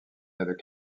avec